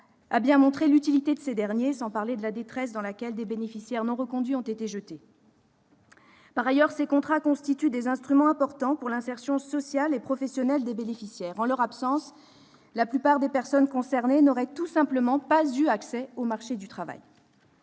a bien montré l'utilité de ces derniers, sans parler de la détresse dans laquelle des bénéficiaires non reconduits ont été jetés. Ces contrats constituent des instruments importants pour l'insertion sociale et professionnelle des bénéficiaires. En leur absence, la plupart des personnes concernées n'auraient tout simplement pas eu accès au marché du travail.